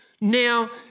now